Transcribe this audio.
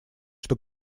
что